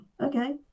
okay